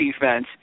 defense